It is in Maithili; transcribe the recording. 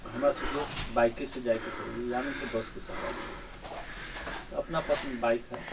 तऽ हमरासबके बाइकेसँ जाइके पड़ैए या नहि तऽ बसके सहारा लिअऽ पड़ैए अपना पासमे बाइक हइ